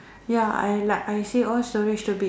ya I like I say all storage to be